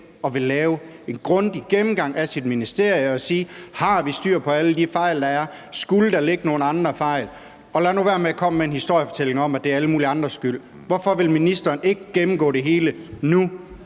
at ville lave en grundig gennemgang af sit ministerium og ikke vil sige, om man har styr på alle de fejl, der er begået, og om der skulle ligge nogle andre fejl? Og lad nu være med at komme med en historiefortælling om, at det er alle mulige andres skyld. Hvorfor vil ministeren ikke gennemgå det hele nu